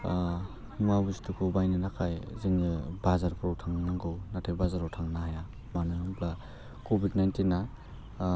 मुवा बुस्थुखौ बायनो थाखाय जोङो बाजारफ्राव थांनांगौ नाथाय बाजाराव थांनो हाया मानो होनब्ला कभिड नाइन्टिना